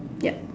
ya